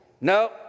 No